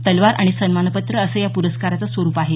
तलवार आणि सन्मान पत्र असं या पुरस्काराचं स्वरूप आहे